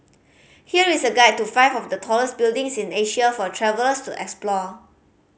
here is a guide to five of the tallest buildings in Asia for travellers to explore